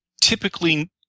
typically